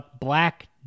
black